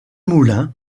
moulins